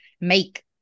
make